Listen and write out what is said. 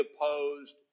opposed